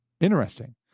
Interesting